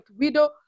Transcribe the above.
widow